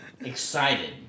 excited